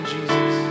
Jesus